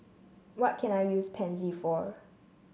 what can I use Pansy for